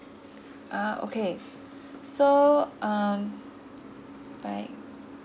uh okay so um by